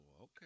okay